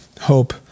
hope